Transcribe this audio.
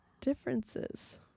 differences